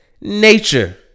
nature